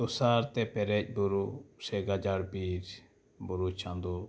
ᱛᱩᱥᱟᱨᱛᱮ ᱯᱮᱨᱮᱡ ᱵᱩᱨᱩ ᱥᱮ ᱜᱟᱡᱟᱲ ᱵᱤᱨᱼᱵᱩᱨᱩ ᱪᱟᱸᱫᱳ